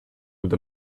with